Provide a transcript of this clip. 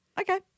Okay